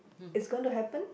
it's going to happen